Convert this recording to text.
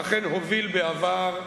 ואכן הוביל בעבר,